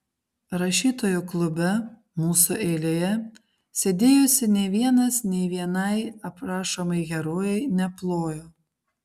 rašytojų klube mūsų eilėje sėdėjusieji nė vienas nė vienai aprašomai herojai neplojo